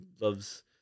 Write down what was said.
loves